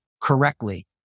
correctly